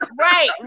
Right